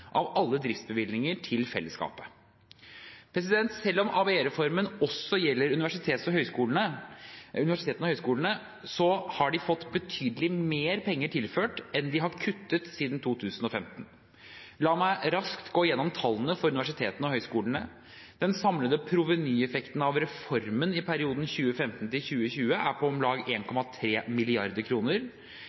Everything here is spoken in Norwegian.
av alle driftsbevilgninger til fellesskapet. Selv om ABE-reformen også gjelder universitetene og høyskolene, har de fått betydelig mer penger tilført enn de har kuttet siden 2015. La meg raskt gå gjennom tallene for universitetene og høyskolene: Den samlede provenyeffekten av reformen i perioden 2015–2020 er på om lag 1,3 mrd. kr. I den samme perioden har de hatt en